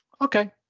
okay